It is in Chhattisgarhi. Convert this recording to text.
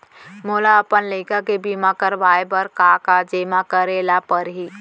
मोला अपन लइका के बीमा करवाए बर का का जेमा करे ल परही?